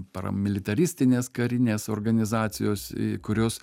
paramilitaristinės karinės organizacijos į kurios